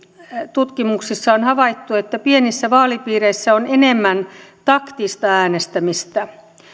tutkimuksissa on havaittu että pienissä vaalipiireissä on enemmän taktista äänestämistä